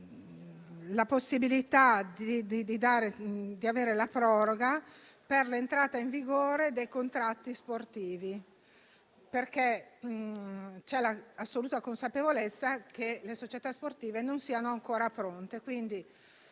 la possibilità di avere la proroga per l'entrata in vigore dei contratti sportivi. C'è assoluta consapevolezza che le società sportive non siano ancora pronte;